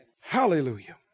hallelujah